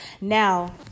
Now